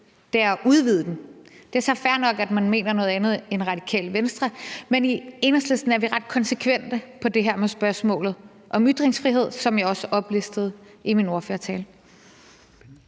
er at udvide den. Det er så fair nok, at man mener noget andet end Radikale Venstre. Men i Enhedslisten er vi ret konsekvente om det her med spørgsmålet om ytringsfrihed, som jeg også oplistede i min ordførertale.